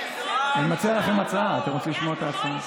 אני מציע לכם הצעה, אתם רוצים לשמוע את ההצעה?